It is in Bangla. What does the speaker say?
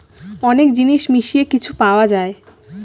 অনেক জিনিস মিশিয়ে কিছু পাওয়া যায়